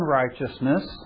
righteousness